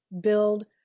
build